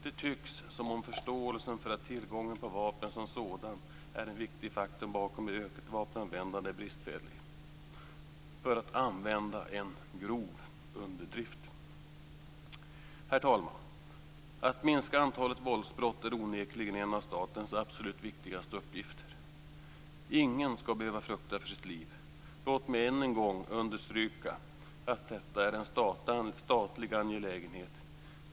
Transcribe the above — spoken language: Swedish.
Det tycks som om förståelsen för att tillgången på vapen som sådan är en viktig faktor bakom ett ökat vapenanvändande är bristfällig, för att använda en grov underdrift. Herr talman! Att minska antalet våldsbrott är onekligen en av statens absolut viktigaste uppgifter. Ingen ska behöva frukta för sitt liv. Låt mig än en gång understryka att detta är en statlig angelägenhet.